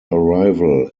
arrival